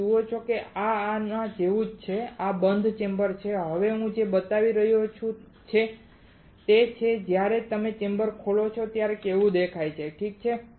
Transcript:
તમે જુઓ છો કે આ આના જેવું જ છે આ બંધ ચેમ્બર છે હવે હું જે બતાવી રહ્યો છું તે છે જ્યારે તમે ચેમ્બર ખોલો ત્યારે તે કેવું દેખાય છે ઠીક છે